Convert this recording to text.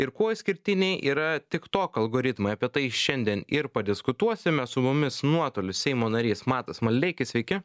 ir kuo išskirtiniai yra tiktok algoritmai apie tai šiandien ir padiskutuosime su mumis nuotoliu seimo narys matas maldeikis sveiki